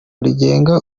rigenga